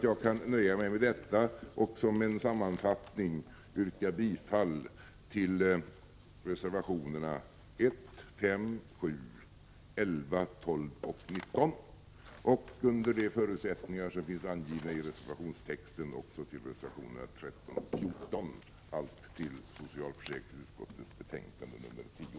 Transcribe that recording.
Jag kan nöja mig med detta och som en sammanfattning yrka bifall till reservationerna 1, 5, 7, 11, 12 och 19 och, under de förutsättningar som finns angivna i reservationstexten, också till reservationerna 13 och 14, allt till socialförsäkringsutskottets betänkande 10.